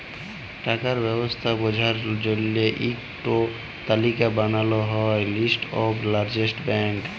টাকার ব্যবস্থা বঝার জল্য ইক টো তালিকা বানাল হ্যয় লিস্ট অফ লার্জেস্ট ব্যাঙ্ক